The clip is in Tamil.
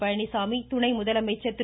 பழனிச்சாமி துணை முதலமைச்சர் திரு